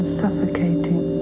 suffocating